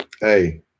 Hey